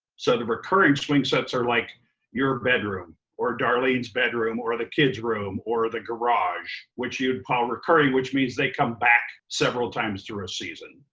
so the recurring swing sets are like your bedroom or darlene's bedroom or the kid's room or the garage, which you would call recurring which means they come back several times through a ah season.